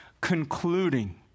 concluding